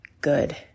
good